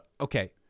Okay